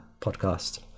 podcast